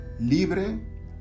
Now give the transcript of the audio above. libre